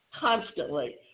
constantly